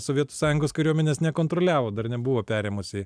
sovietų sąjungos kariuomenės nekontroliavo dar nebuvo perėmusi